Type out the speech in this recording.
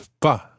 pas